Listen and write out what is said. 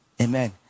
amen